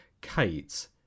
Kate